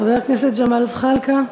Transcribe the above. חבר הכנסת ג'מאל זחאלקה.